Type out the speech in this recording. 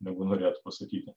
negu norėtų pasakyti